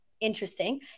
Interesting